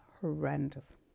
horrendous